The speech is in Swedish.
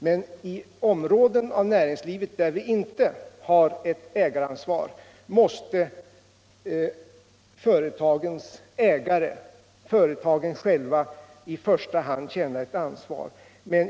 Men i områden av näringslivet där staten inte har ett ägaransvar måste företagens ägare, företagen själva, i första hand känna ett ansvar.